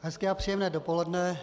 Hezké a příjemné dopoledne.